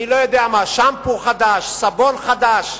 אני לא יודע מה, שמפו חדש, סבון חדש,